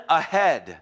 ahead